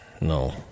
No